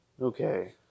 okay